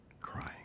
crying